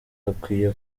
hakwiye